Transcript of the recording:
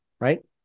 right